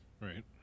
Right